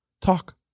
Talk